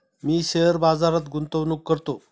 मी share बाजारात गुंतवणूक करतो